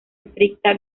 estricta